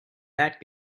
that